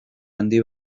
handi